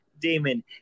Damon